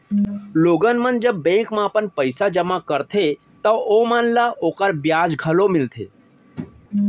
लोगन मन जब बेंक म अपन पइसा जमा करथे तव ओमन ल ओकर बियाज घलौ मिलथे